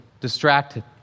distracted